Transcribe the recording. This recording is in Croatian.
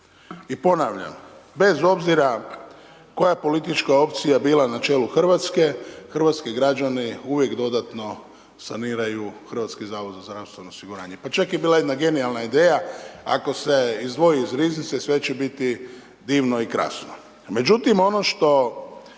I ponavljam, bez obzira koja je politička opcija bila na čelu Hrvatske, hrvatski građani uvijek dodatno saniraju HZZO. Pa čak je bila jedna genijalna ideja, ako se izdvoji iz riznice, sve će biti divno i krasno.